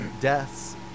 deaths